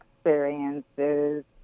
experiences